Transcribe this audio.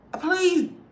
please